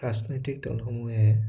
ৰাজনৈতিক দলসমূহে